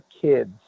Kids